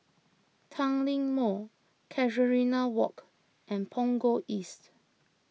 Tanglin Mall Casuarina Walk and Punggol East